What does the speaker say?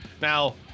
Now